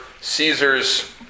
Caesar's